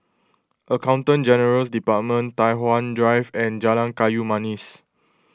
Accountant General's Department Tai Hwan Drive and Jalan Kayu Manis